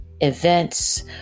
events